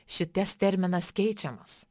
šitas terminas keičiamas